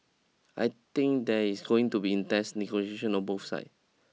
I think there is going to be intense negotiation on both sides